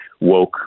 woke